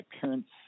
parents